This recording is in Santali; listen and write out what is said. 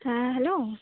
ᱦᱮᱸ ᱦᱮᱞᱳ